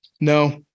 no